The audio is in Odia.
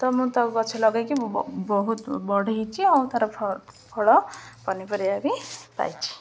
ତ ମୁଁ ତାକୁ ଗଛ ଲଗେଇକି ବହୁତ ବଢ଼େଇଚି ଆଉ ତା'ର ଫଳ ପନିପରିବା ବି ପାଇଛିି